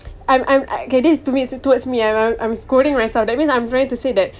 I'm I'm okay this to me towards me I'm I'm scolding myself that means I'm trying to say that